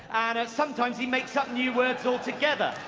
sometimes he makes up new words altogether.